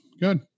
Good